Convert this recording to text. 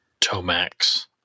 Tomax